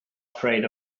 afraid